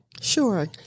Sure